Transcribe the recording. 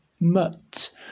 mut